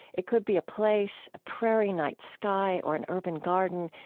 it could be a place a prairie night sky or an urban garden.